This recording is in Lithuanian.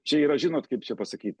čia yra žinot kaip čia pasakyt